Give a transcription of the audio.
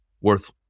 worth